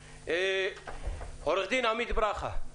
עורך דין עמית ברכה,